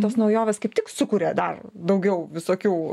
tos naujovės kaip tik sukuria dar daugiau visokių